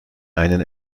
einen